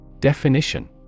Definition